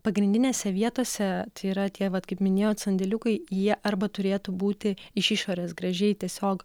pagrindinėse vietose tai yra tie vat kaip minėjot sandėliukai jie arba turėtų būti iš išorės gražiai tiesiog